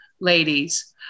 ladies